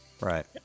Right